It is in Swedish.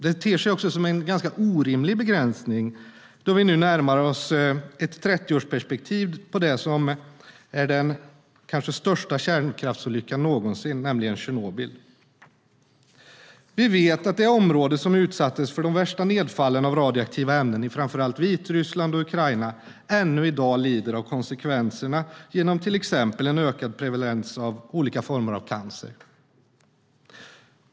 Det ter sig också som en ganska orimlig begränsning då vi nu närmar oss ett trettioårsperspektiv på det som är den kanske största kärnkraftsolyckan någonsin, nämligen Tjernobyl. Vi vet att det område som utsattes för de värsta nedfallen av radioaktiva ämnen i framför allt Vitryssland och Ukraina ännu i dag lider av konsekvenserna genom till exempel en ökad prevalens av olika former av cancer.